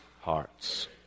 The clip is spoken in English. hearts